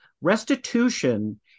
Restitution